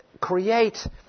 create